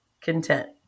content